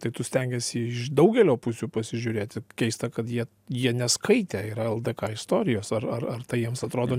tai tu stengiesi iš daugelio pusių pasižiūrėti keista kad jie jie neskaitę yra ldk istorijos ar ar ar tai jiems atrodo